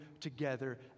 together